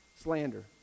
slander